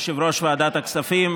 יושב-ראש ועדת הכספים,